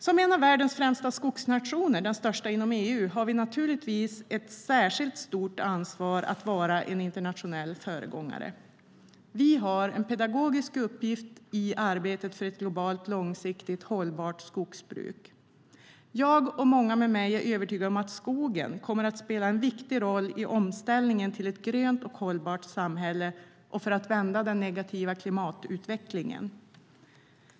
Som en av världens största skogsnationer, den största inom EU, har vi naturligtvis ett särskilt stort ansvar att vara en internationell föregångare. Vi har en pedagogisk uppgift i arbetet för ett globalt långsiktigt hållbart skogsbruk. Jag och många med mig är övertygade om att skogen kommer att spela en viktig roll i omställningen till ett grönt, hållbart samhälle och för att vända den negativa klimatutvecklingen.